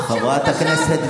את הטעות,